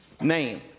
name